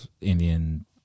Indian